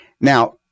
Now